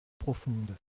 profonde